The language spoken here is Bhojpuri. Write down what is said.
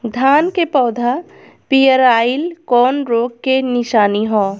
धान के पौधा पियराईल कौन रोग के निशानि ह?